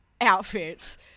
outfits